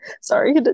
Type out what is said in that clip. sorry